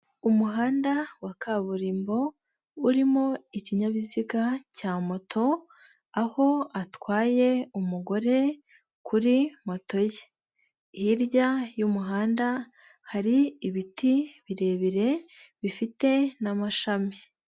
Umuhanda wa kaburimbo urimo ikinyabiziga cya moto, aho atwaye umugore kuri moto ye, hirya y'umuhanda hari ibiti birebire, bifite n'amashami.